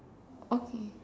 okay